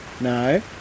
No